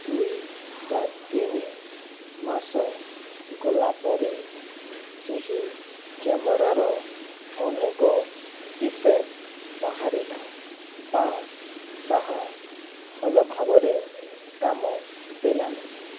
ଦୁଇ ବା ତିନି ମାସ ଗଲା ପରେ ସେହି କ୍ୟାମେରାର ଅନେକ ଡିଫେକ୍ଟ ବାହାରିଲା ବା ତାହା ଭଲ ଭାବରେ କାମ ଦେଲା ନାହିଁ